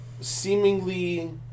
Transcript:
Seemingly